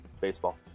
baseball